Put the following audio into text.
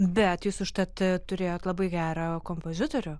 bet jūs užtat turėjot labai gerą kompozitorių